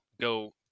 go